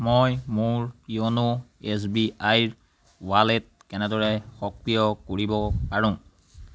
মই মোৰ YONO S B আইৰ ৱালেট কেনেদৰে সক্ৰিয় কৰিব পাৰোঁ